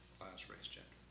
class, race, gender.